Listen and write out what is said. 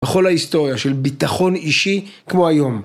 בכל ההיסטוריה של ביטחון אישי כמו היום.